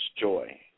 joy